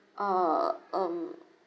uh um